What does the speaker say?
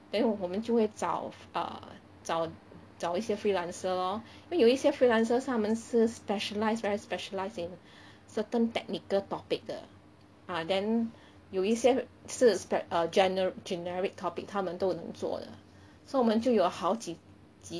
then 我们就会找 err 找找一些 freelancer lor 因为有一些 freelancer 是他们是 specialise very specialise in certain technical topic 的 uh then 有一些是 spec~ err gener~ generic topic 他们都能做的 so 我们就有好几几